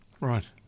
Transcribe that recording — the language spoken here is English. Right